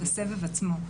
את הסבב עצמו.